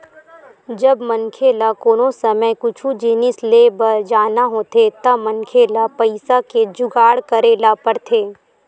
जब मनखे ल कोनो समे कुछु जिनिस लेय बर पर जाना होथे त मनखे ल पइसा के जुगाड़ करे ल परथे